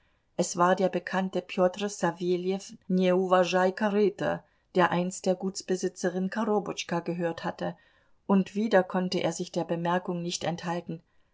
es war der bekannte pjotr ssaweljew neuwaschaj koryto der einst der gutsbesitzerin korobotschka gehört hatte und wieder konnte er sich der bemerkung nicht enthalten